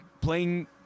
playing